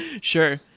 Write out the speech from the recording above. sure